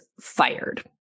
fired